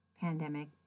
pandemic